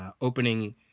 opening